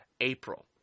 April